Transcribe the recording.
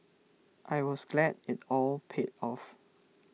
I was glad it all paid off